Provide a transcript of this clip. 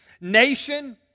nation